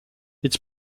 its